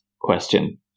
question